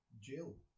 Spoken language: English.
Jill